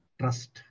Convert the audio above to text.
trust